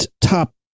top